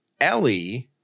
Ellie –